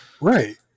right